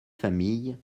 familles